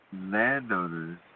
Landowners